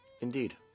Indeed